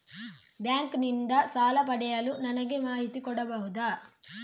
Bank ನಿಂದ ಸಾಲ ಪಡೆಯಲು ನನಗೆ ಮಾಹಿತಿ ಕೊಡಬಹುದ?